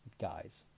guys